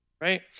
right